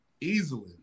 easily